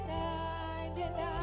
99